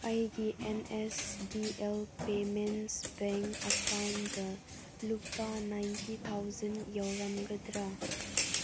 ꯑꯩꯒꯤ N S D L payments bank account ꯂꯨꯄꯥ ninety thousand ꯌꯥꯎꯔꯝꯒꯗ꯭ꯔꯥ